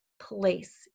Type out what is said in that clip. Place